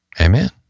Amen